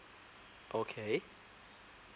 okay